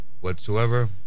whatsoever